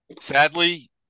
Sadly